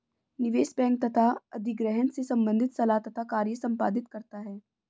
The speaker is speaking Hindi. निवेश बैंक तथा अधिग्रहण से संबंधित सलाह तथा कार्य संपादित करता है